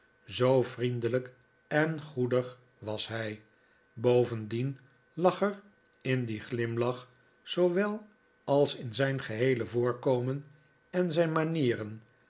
zoo vriendelijk en goedig was hij bovendien lag er in dien glimlach zoowel als in zijn geheele voorkomen en zijn manieren